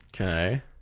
Okay